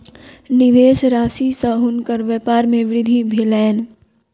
निवेश राशि सॅ हुनकर व्यपार मे वृद्धि भेलैन